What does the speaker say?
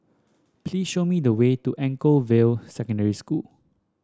please show me the way to Anchorvale Secondary School